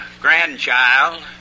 grandchild